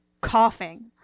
coughing